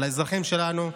על האזרחים שלנו.